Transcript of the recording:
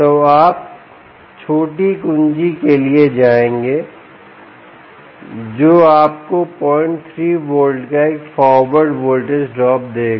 तोआप छोटी कुंजी के लिए जाएंगे जो आपको 03 वोल्ट का एक फारवर्ड वोल्टेज ड्रॉप देगा